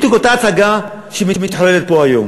בדיוק אותה הצגה שמתחוללת פה היום.